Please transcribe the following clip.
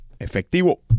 efectivo